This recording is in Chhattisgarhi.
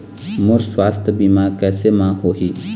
मोर सुवास्थ बीमा कैसे म होही?